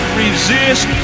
resist